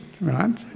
right